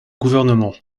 gouvernement